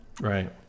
Right